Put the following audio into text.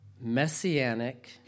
messianic